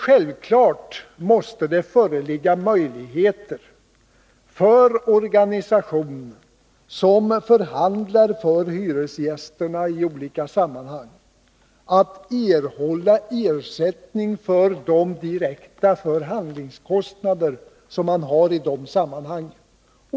Självfallet måste det föreligga möjligheter för en organisation som förhandlar för hyresgästerna i olika sammanhang att erhålla ersättning för de direkta förhandlingskostnader som den därvid har.